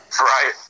Right